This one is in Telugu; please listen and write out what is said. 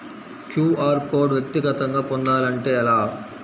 క్యూ.అర్ కోడ్ వ్యక్తిగతంగా పొందాలంటే ఎలా?